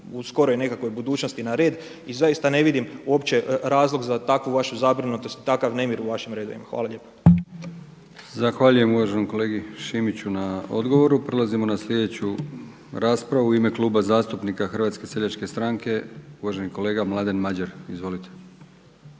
u skoroj nekakvoj budućnosti na red. I zaista ne vidim uopće razlog za takvu važu zabrinutost i takav nemir u vašim redovima. Hvala lijepo. **Brkić, Milijan (HDZ)** Zahvaljujem uvaženom kolegi Šimiću na odgovoru. Prelazimo na sljedeću raspravu. U ime Kluba zastupnika Hrvatske seljačke stranke uvaženi kolega Mladen Madjer. Izvolite.